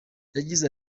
yagize